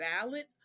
valid